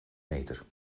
meter